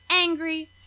angry